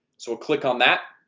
so we'll click on that